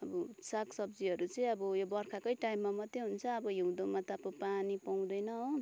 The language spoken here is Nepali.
अब सागसब्जीहरू चाहिँ अब यो बर्खाकै टाइममा मात्रै हुन्छ अब हिउँदमा त अब पानी पाउँदैन हो